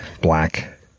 black